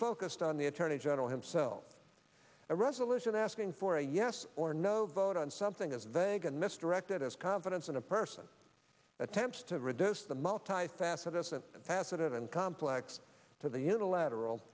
focused on the attorney general himself a resolution asking for a yes or no vote on something as vague and misdirected as confidence in a person attempts to reduce the multi faceted isn't passive and complex to the unilateral